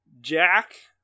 jack